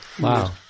wow